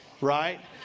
right